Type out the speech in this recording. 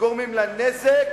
גורמים לה נזק,